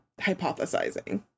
hypothesizing